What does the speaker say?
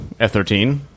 F13